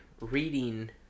reading